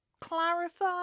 clarify